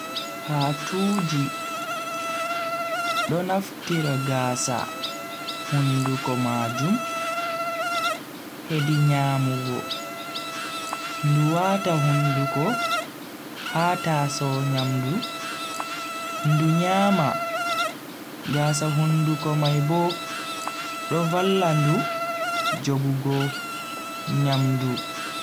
Patuuji do naftira gaasa hunduku majum hedi nyamugo, ndu wata hunduko ha tasow nyamdu, ndu nyama gaasa hunduko mai bo do valla ndu jogugo nyamdu.